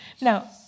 Now